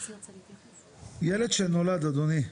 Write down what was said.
ילד שנולד, אדוני.